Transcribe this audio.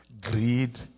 greed